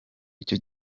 icyo